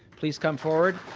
please come forward.